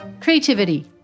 Creativity